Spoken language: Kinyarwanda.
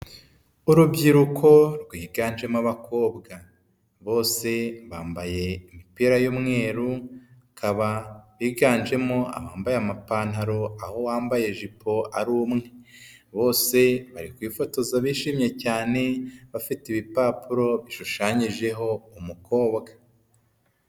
Urubyiruko rwiganjemo abakobwa bose bambaye imipira y'umweru, bakaba biganjemo abambaye amapantaro aho wambaye ijipo ari umwe . Bose bari kwifotoza bishimye cyane bafite ibipapuro bishushanyijeho umukobwa.